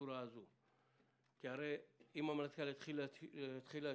כך - כי הרי אם המנכ"ל יתחיל להשיב,